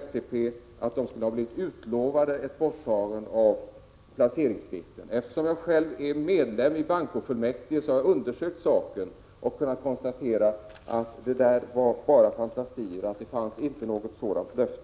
SPP-håll att riksbanken skulle ha utlovat ett borttagande av placeringsplikten. Eftersom jag själv är ledamot av bankofullmäktige har jag undersökt saken och kunnat konstatera att detta bara var fantasier — det fanns inte något sådant löfte.